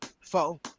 Four